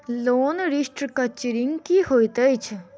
Loan restructuring की होइत अछि?